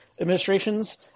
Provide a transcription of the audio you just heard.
administrations